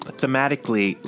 thematically